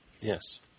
Yes